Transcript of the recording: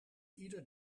ieder